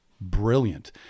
brilliant